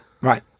right